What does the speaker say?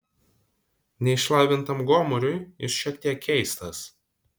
neišlavintam gomuriui jis šiek tiek keistas